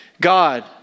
God